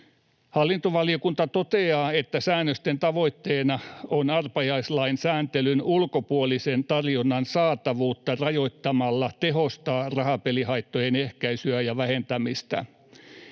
”Hallintovaliokunta toteaa, että säännösten tavoitteena on arpajaislain sääntelyn ulkopuolisen tarjonnan saatavuutta rajoittamalla tehostaa rahapelihaittojen ehkäisyä ja vähentämistä.